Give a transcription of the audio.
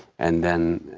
and then,